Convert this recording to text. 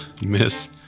Miss